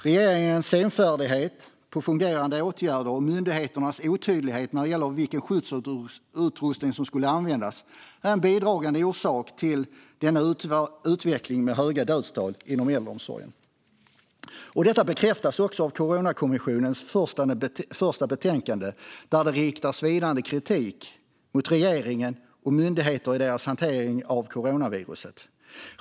Regeringens senfärdighet när det gällde fungerande åtgärder och myndigheternas otydlighet om vilken skyddsutrustning som skulle användas är en bidragande orsak till utvecklingen med höga dödstal inom äldreomsorgen. Detta bekräftas också i Coronakommissionens första betänkande. Där riktar de svidande kritik mot regeringen och myndigheter när det gäller deras hantering av coronaviruset.